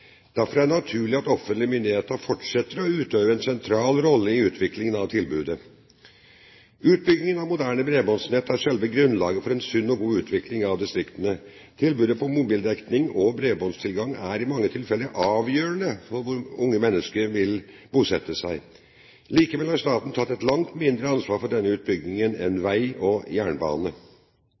Derfor er det naturlig at offentlige myndigheter fortsetter å utøve en sentral rolle i utviklingen av tilbudet. Utbyggingen av moderne bredbåndsnett er selve grunnlaget for en sunn og god utvikling av distriktene. Tilbudet på mobildekning og bredbåndstilgang er i mange tilfeller avgjørende for hvor unge mennesker vil bosette seg. Likevel har staten tatt et langt mindre ansvar for denne utbyggingen enn for vei og jernbane.